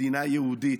מדינה יהודית,